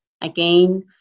Again